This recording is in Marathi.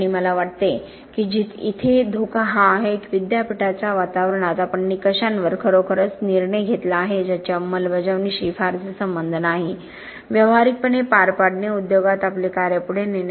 आणि मला वाटते की येथे धोका हा आहे की विद्यापीठाच्या वातावरणात आपण निकषांवर खरोखरच निर्णय घेतला आहे ज्याचा अंमलबजावणीशी फारसा संबंध नाही व्यावहारिकपणे पार पाडणे उद्योगात आपले कार्य पुढे नेणे